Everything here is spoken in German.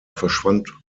verschwand